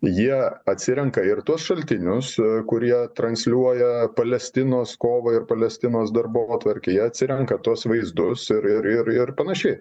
jie atsirenka ir tuos šaltinius kurie transliuoja palestinos kovą ir palestinos darbotvarkę jie atsirenka tuos vaizdus ir ir ir ir panašiai